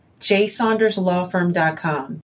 jsaunderslawfirm.com